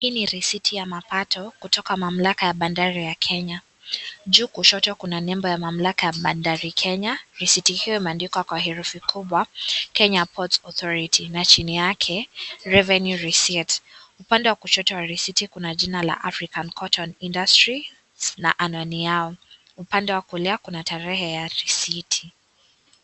Hii ni risiti ya mapato kutoka mamlaka ya Bandari ya Kenya. Juu kushoto kuna nembo ya mamlaka ya bandari ya Kenya. Risiti hiyo imeandikwa kwa herufi kubwa" Kenya Ports Authority" na chini yake " Revenue Receipt ". Upande wa kushoto wa risiti kuna jina la African Cotton Industries na anwani yao. Upande wa kulia kuna tarehe ya risiti.